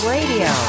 Radio